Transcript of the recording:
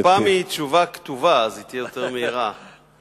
הפעם זו תשובה כתובה אז היא תהיה מהירה יותר,